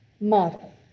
model